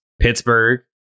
Pittsburgh